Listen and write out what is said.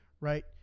right